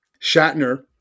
Shatner